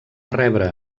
rebre